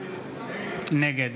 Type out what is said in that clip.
נגד